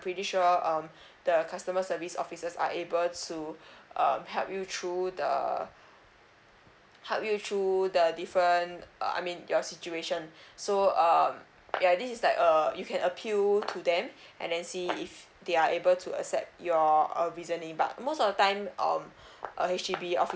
pretty sure um the customer service officers are able to um help you through the help you through the different uh I mean your situation so um ya this is like err you can appeal to them and then see if they are able to accept your a reasonably but most of the time um a H_D_B officer